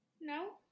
No